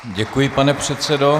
Děkuji, pane předsedo.